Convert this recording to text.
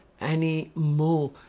anymore